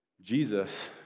Jesus